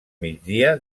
migdia